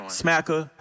smacker